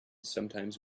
sometimes